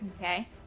okay